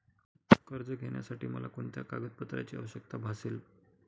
कर्ज घेण्यासाठी मला कोणत्या कागदपत्रांची आवश्यकता भासेल?